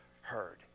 heard